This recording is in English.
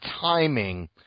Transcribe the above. timing